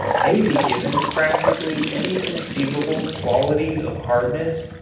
may be given practically any conceivable quality of hardness,